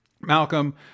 Malcolm